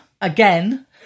again